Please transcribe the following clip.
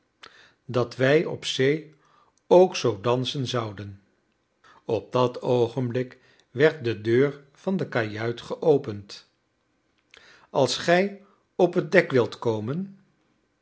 dat wij op zee ook zoo dansen zouden op dat oogenblik werd de deur van de kajuit geopend als gij op het dek wilt komen